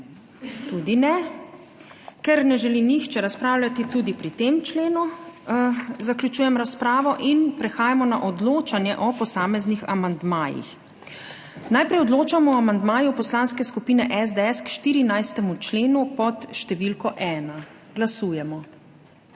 (Ne.) Ker ne želi nihče razpravljati tudi pri tem členu, zaključujem razpravo in prehajamo na odločanje o posameznih amandmajih. Najprej odločamo o amandmaju Poslanske skupine SDS k 14. členu, pod številko ena. Glasujemo.